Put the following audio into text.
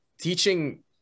teaching